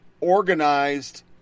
organized